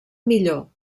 millor